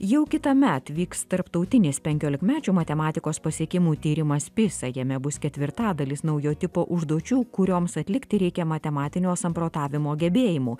jau kitąmet vyks tarptautinis penkiolikmečių matematikos pasiekimų tyrimas pisa jame bus ketvirtadalis naujo tipo užduočių kurioms atlikti reikia matematinio samprotavimo gebėjimų